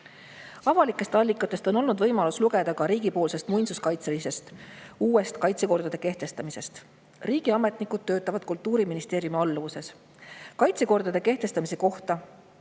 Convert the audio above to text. Avalikest allikatest on olnud võimalik lugeda uute muinsuskaitseliste kaitsekordade kehtestamisest riigi poolt. Riigiametnikud töötavad Kultuuriministeeriumi alluvuses. Kaitsekordade kehtestamise kohta